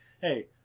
hey